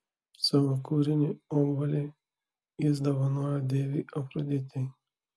savo kūrinį obuolį jis dovanojo deivei afroditei